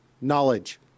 Knowledge